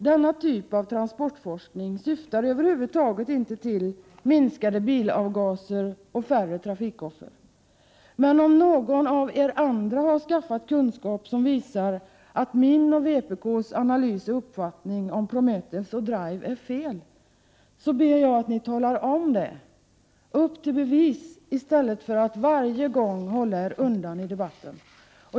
Denna typ av transportforskning syftar över huvud taget inte till minskade bilavgaser och färre trafikoffer. Men om någon av er har skaffat kunskap som visar att min och vpk:s analys och uppfattning om Prometheus och DRIVE är fel, ber jag att ni talar om det. Upp till bevis i stället för att varje gång hålla er undan i debatten!